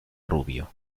rubio